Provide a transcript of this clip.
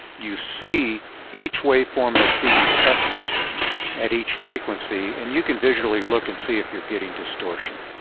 you see each waveform that's being tested at each frequency. and you can visually look and see if you're getting distortion.